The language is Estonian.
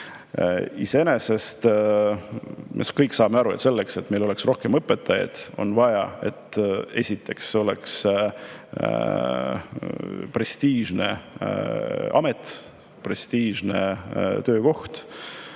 Iseenesest me kõik saame aru, et selleks, et meil oleks rohkem õpetajaid, on vaja, esiteks, et see oleks prestiižne amet, prestiižne töökoht,